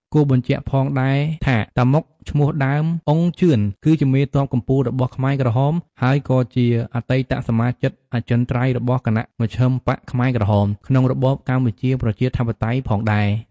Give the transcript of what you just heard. គួរបញ្ជាក់ផងដែរថា តាម៉ុក ឈ្មោះដើម អ៊ុង ជឿន គឺជាមេទ័ពកំពូលរបស់ខ្មែរក្រហម ហើយក៏ជាអតីតសមាជិកអចិន្ត្រៃយ៍របស់គណមជ្ឈិមបក្សខ្មែរក្រហម ក្នុងរបបកម្ពុជាប្រជាធិបតេយ្យផងដែរ។